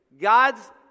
God's